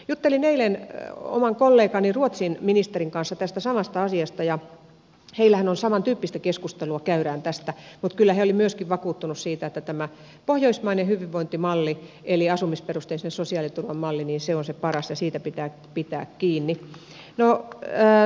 juttelin eilen oman kollegani ruotsin ministerin kanssa tästä samasta asiasta ja heillähän samantyyppistä keskustelua käydään tästä mutta kyllä he olivat myöskin vakuuttuneita siitä että tämä pohjoismainen hyvinvointimalli eli asumisperusteisen sosiaaliturvan malli on se paras ja siitä pitää pitää kiinni